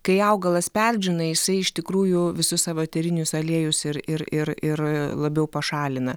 kai augalas perdžiūna jisai iš tikrųjų visus savo eterinius aliejus ir ir ir ir labiau pašalina